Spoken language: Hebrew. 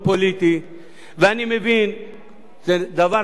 זה דבר שכביכול החברה החילונית,